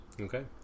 Okay